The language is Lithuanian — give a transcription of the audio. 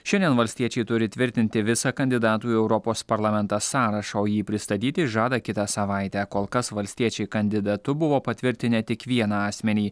šiandien valstiečiai turi tvirtinti visą kandidatų į europos parlamentą sąrašą o jį pristatyti žada kitą savaitę kol kas valstiečiai kandidatu buvo patvirtinę tik vieną asmenį